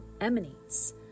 emanates